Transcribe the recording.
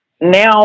now